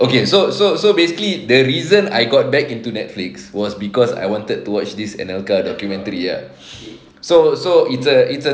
okay so so so basically the reason I got back into Netflix was cause I wanted to watch this anelka documentary ah so so it's uh it's a